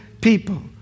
people